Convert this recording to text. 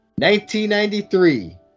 1993